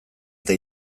eta